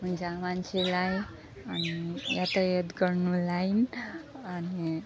हुन्छ मान्छेलाई अनि यातायात गर्नलाई अनि